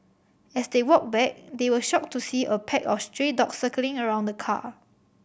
as they walked back they were shocked to see a pack of stray dogs circling around the car